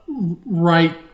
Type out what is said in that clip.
right